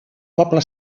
poble